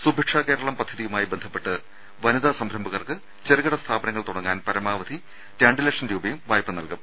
സുഭിക്ഷ കേരളം പദ്ധതിയുമായി ബന്ധപ്പെട്ട് വനിതാ സംരംഭകർക്ക് ചെറുകിട സ്ഥാപനങ്ങൾ തുടങ്ങാൻ പരാമവധി രണ്ടുലക്ഷം രൂപയും വായ്പ നൽകും